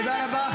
תודה רבה.